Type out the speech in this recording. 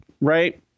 right